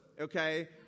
okay